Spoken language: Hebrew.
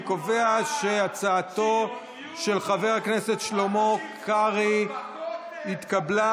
אני קובע שהצעתו של חבר הכנסת שלמה קרעי התקבלה